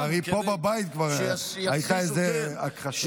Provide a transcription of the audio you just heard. לצערי, פה בבית הייתה איזו הכחשה.